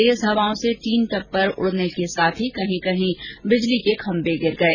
तेज हवाओं से न टीन टप्पर उडने के साथ ही कहीं कहीं बिजली के खंबे गिर गये